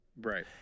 Right